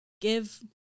give